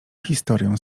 historię